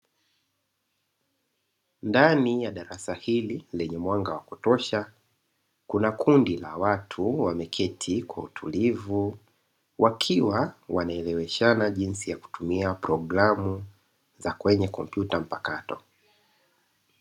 Ndani ya darasa hili lenye mwanga wa kutosha kuna kundi la watu wameketi kwa utulivu, wakiwa wanaeleweshana jinsi ya kutumia programu za kwenye kompyuta mpakato.